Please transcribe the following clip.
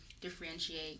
differentiate